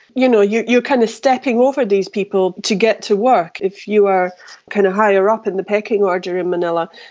you know you are kind of stepping over these people to get to work if you are kind of higher up in the pecking order in manila.